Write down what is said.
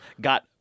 got